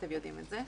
אתם יודעים את זה.